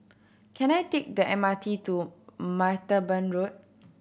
can I take the M R T to Martaban Road